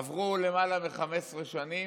עברו למעלה מ-15 שנים,